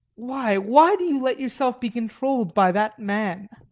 why, why do you let yourself be controlled by that man?